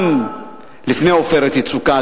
גם לפני "עופרת יצוקה",